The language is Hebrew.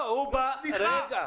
סליחה,